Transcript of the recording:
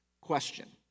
question